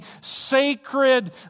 sacred